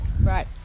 right